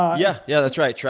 yeah. yeah, that's right, yeah